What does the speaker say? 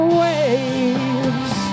waves